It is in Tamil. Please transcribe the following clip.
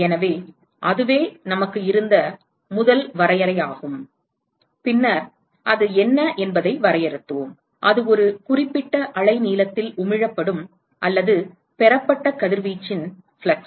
எனவே அதுவே நமக்கு இருந்த முதல் வரையறையாகும் பின்னர் அது என்ன என்பதை வரையறுத்தோம் அது ஒரு குறிப்பிட்ட அலைநீளத்தில் உமிழப்படும் அல்லது பெறப்பட்ட கதிர்வீச்சின் ஃப்ளக்ஸ்